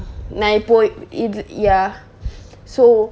my point it's ya so